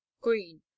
green